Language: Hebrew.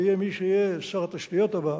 ויהיה מי שיהיה שר התשתיות הבא,